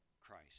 Christ